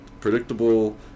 predictable